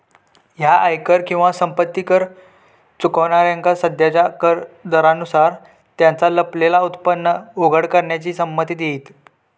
ह्या आयकर किंवा संपत्ती कर चुकवणाऱ्यांका सध्याच्या कर दरांनुसार त्यांचा लपलेला उत्पन्न उघड करण्याची संमती देईत